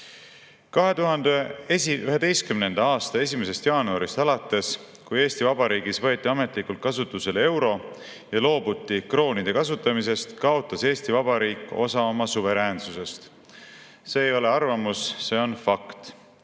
2011. aasta 1. jaanuarist, kui Eesti Vabariigis võeti ametlikult kasutusele euro ja loobuti kroonide kasutamisest, on Eesti Vabariik kaotanud osa oma suveräänsusest. See ei ole arvamus, see on fakt,